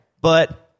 But-